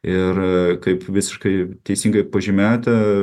ir kaip visiškai teisingai pažymėta